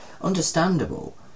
understandable